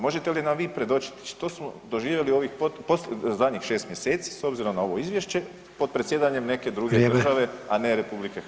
Možete li nam vi predočiti što smo doživjeli ovih zadnjih 6 mjeseci s obzirom na ovo izvješće pod predsjedanjem neke druge države [[Upadica: Vrijeme.]] a ne RH?